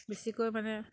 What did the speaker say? বেছিকৈ মানে